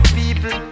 people